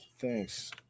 Thanks